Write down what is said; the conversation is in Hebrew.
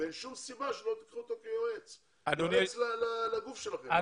ואין כל סיבה שלא תיקחו אותו כיועץ לגוף שלכם.